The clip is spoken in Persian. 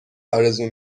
آرزو